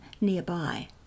nearby